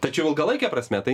tačiau ilgalaike prasme tai